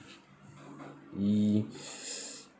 we